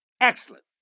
Excellent